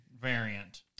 variant